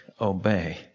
obey